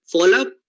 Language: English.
Follow-up